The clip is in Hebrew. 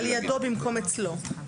על ידו, במקום אצלו.